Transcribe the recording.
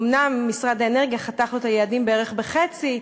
אומנם משרד האנרגיה חתך לו את היעדים בערך בחצי,